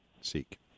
seek